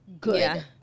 good